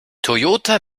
toyota